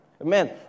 amen